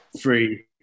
free